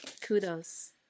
kudos